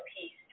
peace